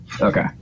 Okay